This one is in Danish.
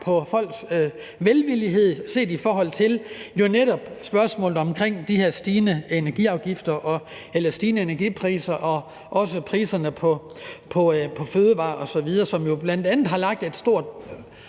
på folks velvillighed set i forhold til netop spørgsmålet om de her stigende energipriser og også priser på fødevarer osv., som jo bl.a. har lagt et stort,